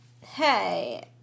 hey